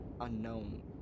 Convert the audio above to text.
unknown